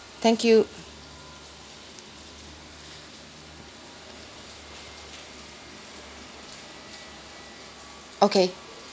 thank you okay